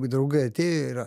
draugai atėjo ir